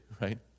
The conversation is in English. right